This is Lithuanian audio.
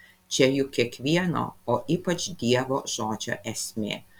čia juk kiekvieno o ypač dievo žodžio esmė